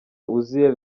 uzziel